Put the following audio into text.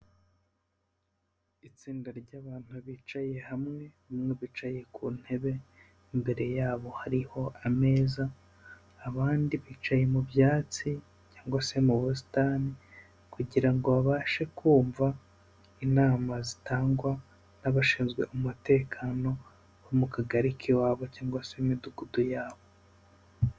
Itsinda ry'abantu bicaye hamwe, bicaye ku ntebe imbere yabo hariho ameza abandi bicaye mu byatsi cyangwa se mu busitani kugira ngo babashe kumva inama zitangwa n'abashinzwe umutekano bo mu kagari k'iwabo cyangwa se imidugudu yabo.